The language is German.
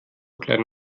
klein